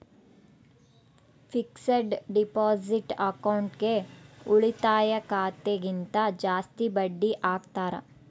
fixed deposit ಅಕೌಂಟ್ಗೆ ಉಳಿತಾಯ ಖಾತೆ ಗಿಂತ ಜಾಸ್ತಿ ಬಡ್ಡಿ ಹಾಕ್ತಾರ